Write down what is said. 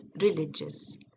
religious